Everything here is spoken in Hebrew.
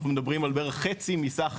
אנחנו מדברים על בערך חצי מסך